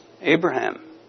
Abraham